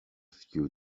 few